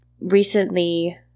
recently